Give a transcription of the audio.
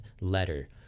letter